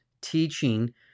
teaching